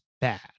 bad